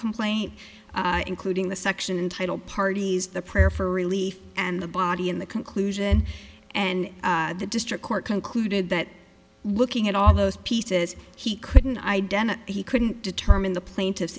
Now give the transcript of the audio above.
complaint including the section in title parties the prayer for relief and the body in the conclusion and the district court concluded that looking at all those pieces he couldn't identify he couldn't determine the plaintiff